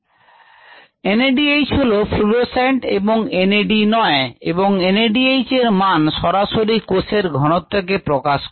NADH হল fluorescent এবং N A D নয় এবং NADH এর মান সরাসরি কোষের ঘনত্ব কে প্রকাশ করে